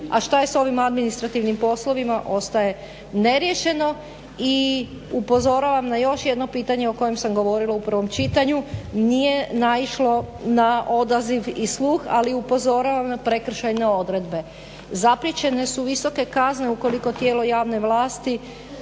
a šta je sa ovima administrativnim poslovima ostaje neriješeno i upozoravam na još jedno pitanje o kojem sam govorila u prvom čitanju, nije naišlo na odaziv i sluh, ali upozoravam na prekršajne odredbe. Zapriječene su visoke kazne ukoliko tijelo javne vlasti